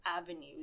Avenues